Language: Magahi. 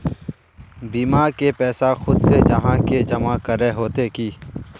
बीमा के पैसा खुद से जाहा के जमा करे होते की?